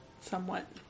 somewhat